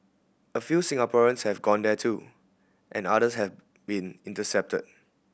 a few Singaporeans have gone there too and others have been intercepted